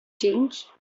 change